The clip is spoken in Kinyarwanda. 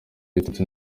bitatu